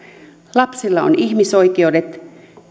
lapsilla on ihmisoikeudet